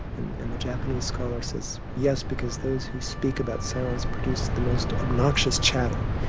and and the japanese scholar says, yes, because those who speak about silence produce the most obnoxious chatter.